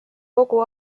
kogu